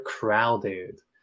crowded